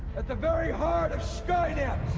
at the very heart of skynet.